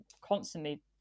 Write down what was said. constantly